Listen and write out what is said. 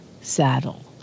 saddle